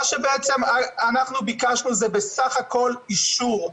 מה שאנחנו ביקשנו זה בסך הכול אישור.